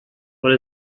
what